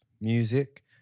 music